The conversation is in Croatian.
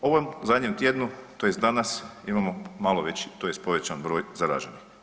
U ovom zadnjem tjednu tj. danas imamo malo veći tj. povećan broj zaraženih.